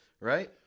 right